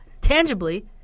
Tangibly